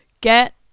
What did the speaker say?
Get